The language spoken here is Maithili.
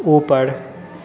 ऊपर